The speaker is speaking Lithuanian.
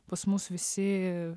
pas mus visi